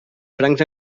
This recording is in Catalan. francs